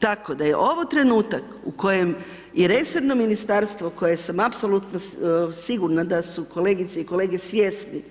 Tako da je ovo trenutak u kojem i resorno ministarstvo koje sam apsolutno sigurna da su kolegice i kolege svjesni